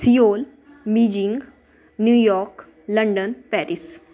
Seoul Beijing New York London Paris